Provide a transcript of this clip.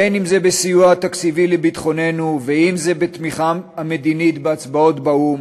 אם סיוע תקציבי לביטחוננו ואם תמיכה מדינית בהצבעות באו"ם,